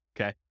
okay